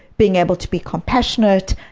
being able to be compassionate,